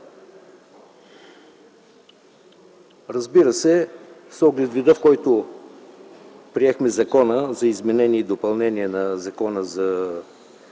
Разбира се, с оглед вида, в който приехме Закона за изменение и допълнение на Закона за